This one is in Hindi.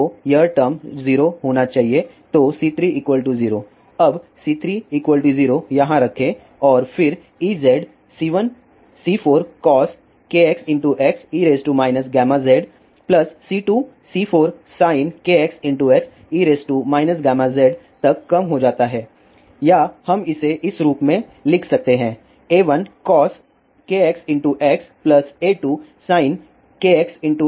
तो यह टर्म 0 होना चाहिए तो C3 0 अब C3 0 यहां रखें और फिर Ez C1C4cos kxx e γzC2C4sin kxxe γz तक कम हो जाता है या हम इसे इस रूप में लिख सकते हैं A1cos kxx A2sin kxx e γz